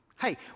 Hey